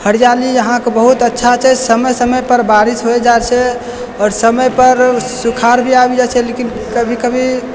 हरियाली यहाँके बहुत ही अच्छा छै समय समयपर बारिश होइ जाइत छै आओर समयपर सुखाड़ भी आबि जाइत छै लेकिन कभी कभी खेती